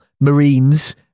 marines